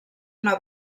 una